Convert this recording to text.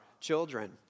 children